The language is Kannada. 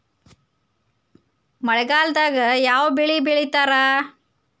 ಮಳೆಗಾಲದಾಗ ಯಾವ ಬೆಳಿ ಬೆಳಿತಾರ?